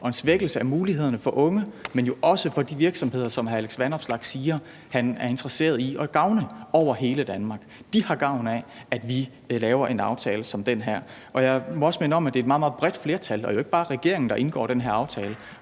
og en svækkelse af mulighederne for de unge, men jo heller ikke for de virksomheder, som hr. Alex Vanopslagh siger han er interesseret i at gavne, over hele Danmark. De har gavn af, at vi laver en aftale som den her. Og jeg må også minde om, at det er et meget, meget bredt flertal og ikke bare regeringen, der indgår den her aftale,